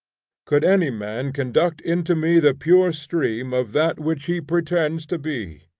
could any man conduct into me the pure stream of that which he pretends to be!